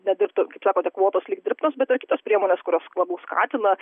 nedirbtų kaip sakote kvotos lyg dirbtinos bet yra kitos priemonės kurios labiau skatina